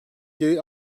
geri